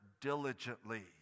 diligently